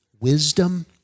Wisdom